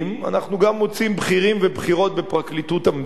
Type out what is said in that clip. אנחנו גם מוצאים בכירים ובכירות בפרקליטות המדינה,